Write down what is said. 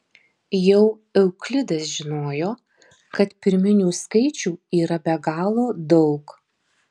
jau euklidas žinojo kad pirminių skaičių yra be galo daug